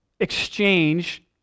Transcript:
exchange